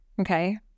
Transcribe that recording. Okay